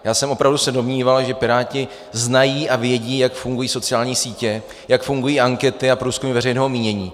Já jsem se opravdu domníval, že piráti znají a vědí, jak fungují sociální sítě, jak fungují ankety a průzkumy veřejného mínění.